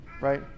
Right